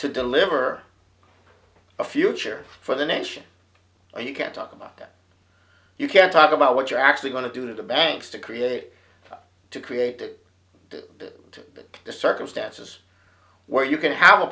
to deliver a future for the nation or you can't talk about that you can't talk about what you're actually going to do to the banks to create to create the circumstances where you can have a